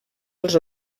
els